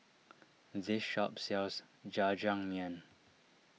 this shop sells Jajangmyeon